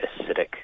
acidic